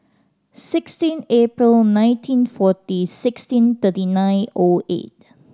sixteen April nineteen forty sixteen thirty nine O eight